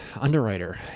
underwriter